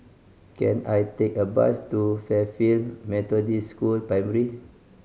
can I take a bus to Fairfield Methodist School Primary